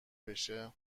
بشه